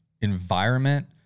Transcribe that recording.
environment